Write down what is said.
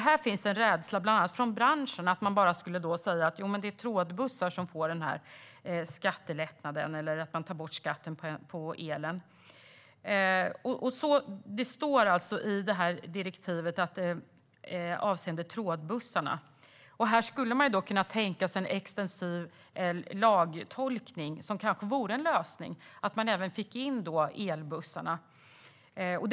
Här finns det en rädsla, bland annat från branschen, för att man då skulle säga att det är trådbussar som får skattelättnad eller att skatten tas bort på elen. Detta står alltså i direktivet avseende trådbussarna. Här skulle man kunna tänka sig en extensiv lagtolkning, som kanske vore en lösning, så att även trådbussarna omfattades.